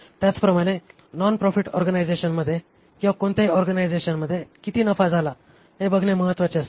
त्याचप्रमाणे non profit ऑर्गनायझेशनमध्ये किंवा कोणत्याही ऑर्गनायझेशनमध्ये किती नफा झाला हे बघणे महत्वाचे असते